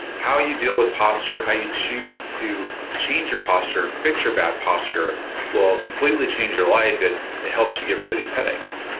how you deal with posture, how you choose to change your posture and fix your bad posture will completely change your life. it helps you get rid of these headaches.